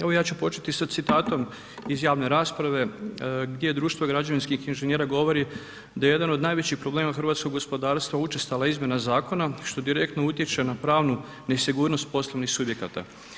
Evo ja ću početi sa citatom iz javne rasprave gdje društvo građevinskih inženjera govori da je jedan od najvećih problema hrvatskog gospodarstva učestala izmjena zakona što direktno utječe na pravnu nesigurnost poslovnih subjekata.